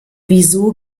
wieso